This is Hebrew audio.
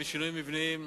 שינויים, ושינויים מבניים,